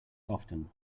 often